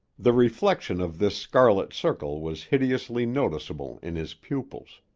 the reflection of this scarlet circle was hideously noticeable in his pupils.